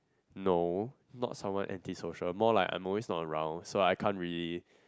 no not someone anti social more like I'm always not around so I can't really